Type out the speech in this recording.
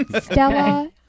Stella